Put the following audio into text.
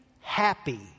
happy